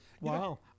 Wow